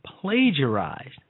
plagiarized